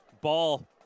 ball